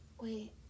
Wait